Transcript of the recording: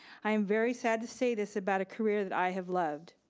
i am very sad to say this about a career that i have loved.